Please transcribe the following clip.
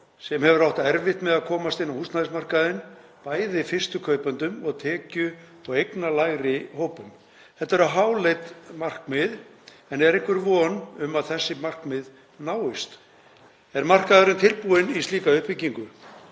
sem hefur átt erfitt með að komast inn á húsnæðismarkaðinn, bæði fyrstu kaupendum og tekju- og eignalægri hópum. Þetta eru háleit markmið, en er einhver von um að þessi markmið náist? Er markaðurinn tilbúinn í slíka uppbyggingu?